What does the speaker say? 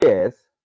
yes